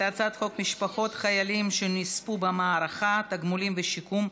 הצעת חוק משפחות חיילים שנספו במערכה (תגמולים ושיקום)